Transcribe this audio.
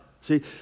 See